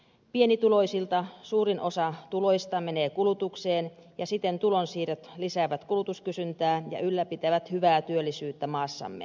pienituloisilta suurin osa tuloista menee kulutukseen ja siten tulonsiirrot lisäävät kulutuskysyntää ja ylläpitävät hyvää työllisyyttä maassamme